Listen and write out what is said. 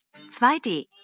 2D